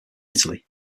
italy